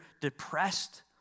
depressed